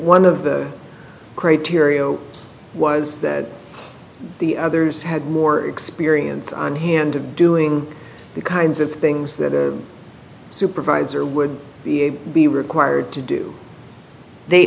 one of the criteria was that the others had more experience on hand of doing the kinds of things that are supervisor would be be required to do they